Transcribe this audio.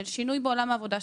של שינוי בעולם העבודה.